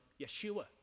Yeshua